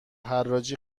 حراجی